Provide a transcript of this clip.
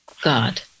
God